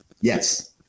Yes